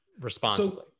responsibly